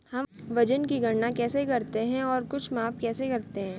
हम वजन की गणना कैसे करते हैं और कुछ माप कैसे करते हैं?